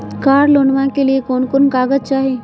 कार लोनमा के लिय कौन कौन कागज चाही?